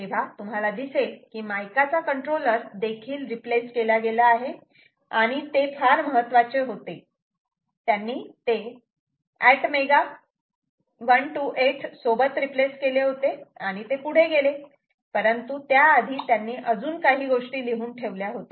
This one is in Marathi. तेव्हा तुम्हाला दिसेल की मायका चा कंट्रोलर देखील रिप्लेस केला गेला आहे आणि ते फार महत्वाचे होते त्यांनी ते ATmega 128 सोबत रिप्लेस केले होते आणि ते पुढे गेले परंतु त्याआधी त्यांनी अजून काही गोष्टी लिहून ठेवल्या होत्या